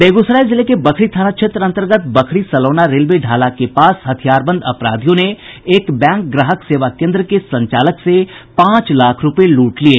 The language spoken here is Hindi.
बेगूसराय जिले के बखरी थाना क्षेत्र अंतर्गत बखरी सलौना रेलवे ढाला के पास हथियारबंद अपराधियों ने एक बैंक ग्राहक सेवा केंद्र के संचालक से पांच लाख रूपये लूट लिये